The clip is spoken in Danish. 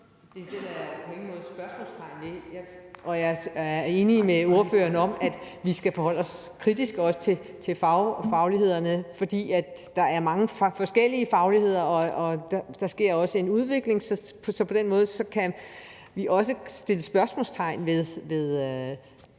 Det sætter jeg på ingen måde spørgsmålstegn ved, og jeg er enig med ordføreren i, at vi skal forholde os kritisk til fagligheden, fordi der er mange forskellige fagligheder og der også sker en udvikling. Så på den måde kan vi også sætte spørgsmålstegn ved